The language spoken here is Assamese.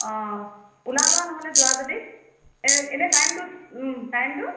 অঁ ওলাবা নহ'লে যোৱা যদি এই এনেই টাইমটো টাইমটো